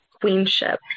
Queenship